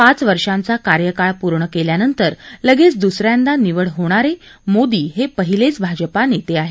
पाच वर्षांचा कार्यकाळ पूर्ण केल्यानंतर लगेच द्स यांदा निवड होणारे मोदी हे पहिलेच भाजपा नेते आहेत